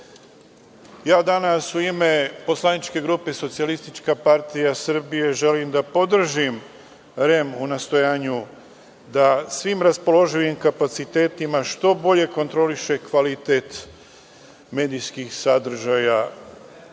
danas, u ime poslaničke grupe SPS, želim da podržim REM u nastojanju da svim raspoloživim kapacitetima što bolje kontroliše kvalitet medijskih sadržaja i